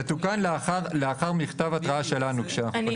זה תוקן לאחר מכתב התראה שלנו, כשפנינו אליהם.